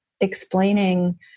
explaining